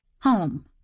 home